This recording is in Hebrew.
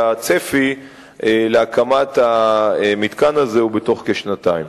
והצפי להקמת המתקן הזה הוא בתוך כשנתיים.